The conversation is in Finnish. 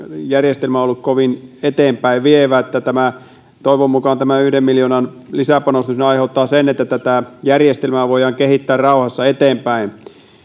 ole ollut kovin eteenpäin vievä toivon mukaan tämä yhden miljoonan lisäpanostus nyt aiheuttaa sen että tätä järjestelmää voidaan kehittää rauhassa eteenpäin